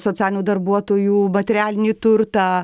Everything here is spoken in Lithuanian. socialinių darbuotojų materialinį turtą